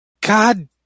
God